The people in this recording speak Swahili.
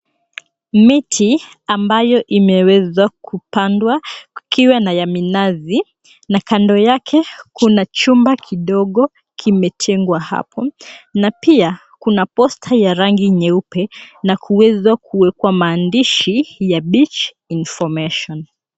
Miti, ambayo imeweza kupandwa, kukiwa na ya minazi na kando yake kuna chumba kidogo kimetengwa hapo na pia, kuna posta ya rangi nyeupe na kuweza kuwekwa maandishi ya beach information .